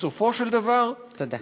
בסופו של דבר, תודה.